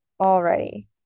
Already